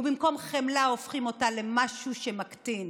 ובמקום חמלה הופכים אותה למשהו שמקטין.